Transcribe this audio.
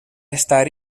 estar